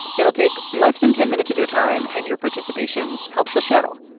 it'll take less than ten minutes of your time and your participation helps the show.